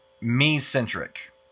me-centric